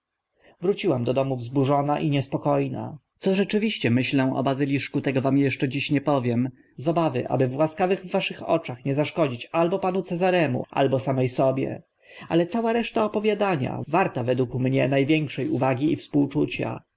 wróciłam do domu wzburzona i niespoko na co rzeczywiście myślę o bazyliszku tego wam eszcze dziś nie powiem z obawy aby w łaskawych waszych oczach nie zaszkodzić albo panu cezaremu albo same sobie ale cała reszta opowiadania warta według mnie na większe uwagi i współczucia